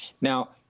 Now